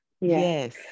yes